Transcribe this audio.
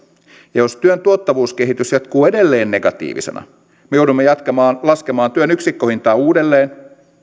jos työn tuottavuuskehitys jatkuu edelleen negatiivisena me joudumme laskemaan työn yksikköhintaa uudelleen